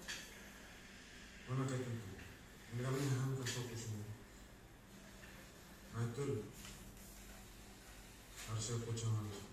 none aka tutun, e nge mna e hahanka soku sne re. Hatol, a rese pots hamansa.